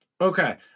Okay